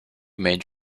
made